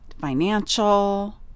financial